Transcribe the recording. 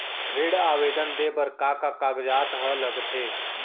ऋण आवेदन दे बर का का कागजात ह लगथे?